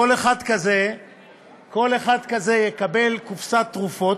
כל אחד כזה יקבל קופסת תרופות,